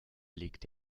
legte